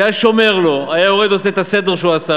שהיה שומר לו, היה יורד, עושה את הסדר שהוא עשה.